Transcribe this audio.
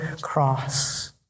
cross